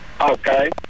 Okay